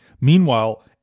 Meanwhile